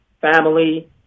family